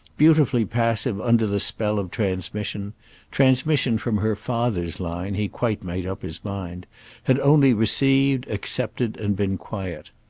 beautifully passive under the spell of transmission transmission from her father's line, he quite made up his mind had only received, accepted and been quiet.